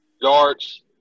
Yards